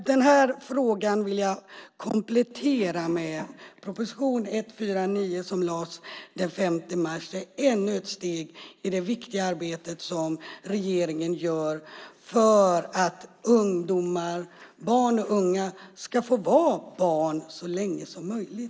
Denna fråga vill jag alltså komplettera med att proposition 149 som lades fram den 5 mars är ännu ett steg i det viktiga arbete som regeringen gör för att barn och unga ska få vara barn så länge som möjligt.